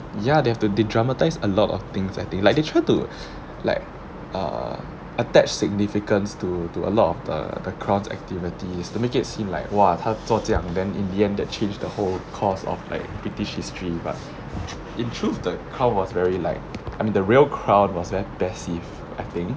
ya they have to they dramatize a lot of things I think like they try to like uh attach significance to to a lot of the the crown activities to make it seem like !wah! 他做这样 then in the end that changed the whole course of like british history but in truth the crown was very like I mean the real crown was very passive I think